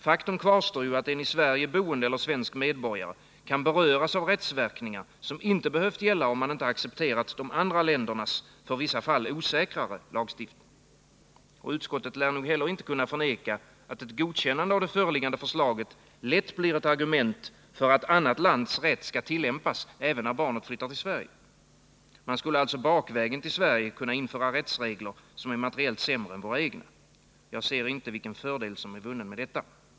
Faktum kvarstår att en i Sverige boende eller svensk medborgare kan beröras av rättsverkningar som inte hade behövt uppstå, om man inte hade accepterat de andra ländernas för vissa fall osäkrare lagstiftning. Utskottet lär heller inte kunna förneka att ett godkännande av det föreliggande förslaget lätt blir ett argument för att annat lands rätt skall tillämpas även när barnet flyttar till Sverige. Man skulle alltså bakvägen till Sverige kunna införa rättsregler som är materiellt sämre än våra egna. Jag ser inte vilken fördel som är vunnen med detta.